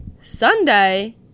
sunday